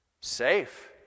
Safe